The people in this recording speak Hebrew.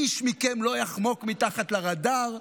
איש מכם לא יחמוק מתחת לרדאר.